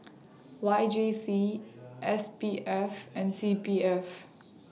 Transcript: Y J C S P F and C P F